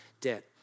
debt